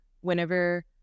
whenever